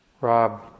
Rob